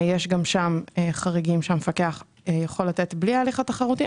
יש שם גם חריגים שהמפקח יכול לתת בלי ההליך התחרותי.